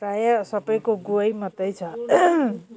प्रायः सबको गुवा मात्र छ